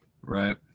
right